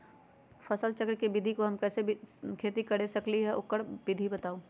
फसल चक्र के विधि से हम कैसे खेती कर सकलि ह हमरा ओकर विधि बताउ?